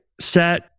set